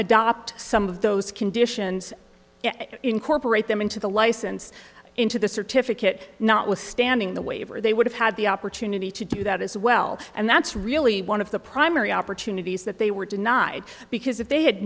adopt some of those conditions incorporate them into the license into the certificate notwithstanding the waiver they would have had the opportunity to do that as well and that's really one of the primary opportunities that they were denied because if they had